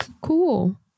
cool